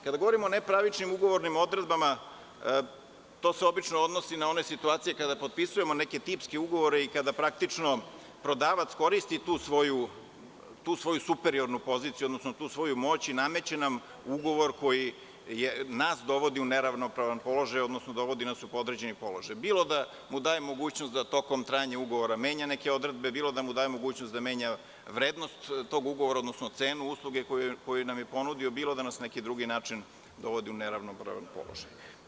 Kada govorimo o nepravičnim ugovornim odredbama, to se obično odnosi na one situacije kada potpisujemo neke tipske ugovore i kada praktično prodavac koristi tu svoju superiornu poziciju, odnosno tu svoju moć i nameće nam ugovor koji nas dovodi u neravnopravan položaj, odnosno dovodi nas u podređeni položaj bilo da mu daje mogućnost da tokom trajanja ugovora menja neke odredbe, bilo da mu daje mogućnost da menja vrednost tog ugovora, odnosno cenu usluge koju nam je ponudio, bilo da nas na neki drugi način dovodi u neravnopravan položaj.